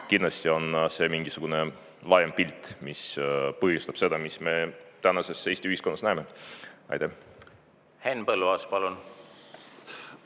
Kindlasti on see mingisugune laiem pilt, mis põhjustab seda, mis me tänases Eesti ühiskonnas näeme. Aitäh! Mina ei ole